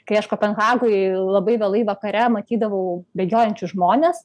kai aš kopenhagoj labai vėlai vakare matydavau bėgiojančius žmones